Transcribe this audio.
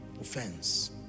Offense